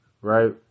right